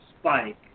spike